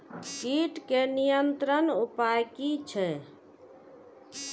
कीटके नियंत्रण उपाय कि छै?